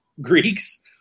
Greeks